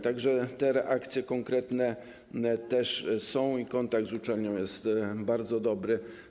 Tak że te reakcje konkretne też są i kontakt z uczelnią jest bardzo dobry.